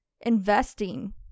investing